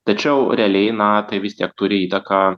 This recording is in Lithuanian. tačiau realiai na tai vis tiek turi įtaką